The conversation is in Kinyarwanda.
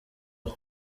aho